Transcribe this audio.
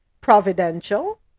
providential